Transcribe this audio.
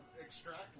extract